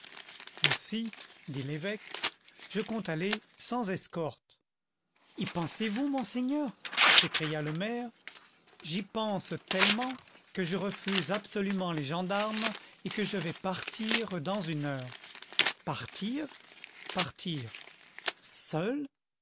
aussi dit l'évêque je compte aller sans escorte y pensez-vous monseigneur s'écria le maire j'y pense tellement que je refuse absolument les gendarmes et que je vais partir dans une heure partir partir seul